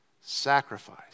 Sacrifice